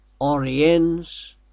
Oriens